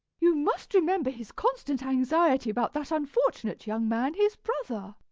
you must remember his constant anxiety about that unfortunate young man his brother.